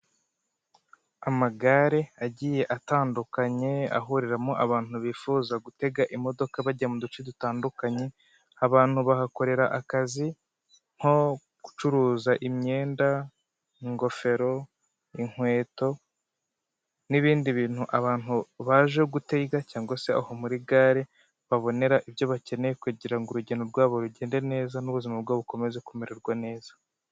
Amagare agiye atandukanye ahuriramo abantu bifuza gutega imodoka bajya mu duce dutandukanye, abantu bahakorera akazi nko gucuruza imyenda, ingofero, inkweto n'ibindi bintu abantu baje gutega cyangwa se aho muri gare babonera ibyo bakeneye, kugira ngo urugendo rwabo rugende neza n'ubuzima bwabo bukomeze kumererwa neza.